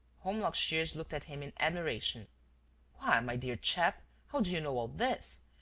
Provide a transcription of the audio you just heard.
holmlock shears looked at him in admiration why, my dear chap, how do you know all this?